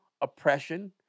oppression